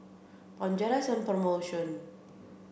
Bonjela is on promotion